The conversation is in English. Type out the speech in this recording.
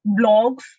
blogs